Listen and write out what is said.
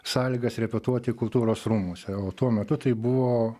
sąlygas repetuoti kultūros rūmuose o tuo metu tai buvo